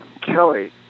Kelly